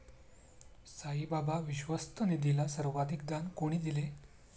साईबाबा विश्वस्त निधीला सर्वाधिक दान कोणी दिले?